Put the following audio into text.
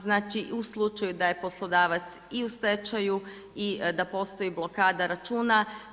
Znači i u slučaju da je poslodavac i u stečaju i da postoji blokada računa.